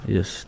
Yes